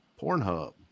Pornhub